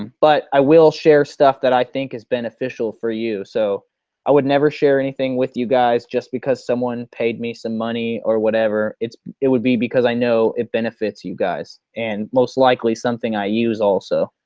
but i will share stuff that i think is beneficial for you. so i would never share anything with you guys just because someone paid me some money or whatever. it would be because i know it benefits you guys and most likely something i use also.